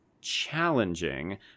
challenging